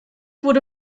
wurde